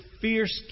fierce